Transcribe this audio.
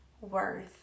worth